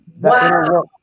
Wow